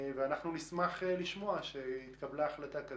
אנחנו נשמח לשמוע שהתקבלה החלטה כזאת.